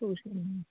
tuition